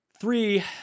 three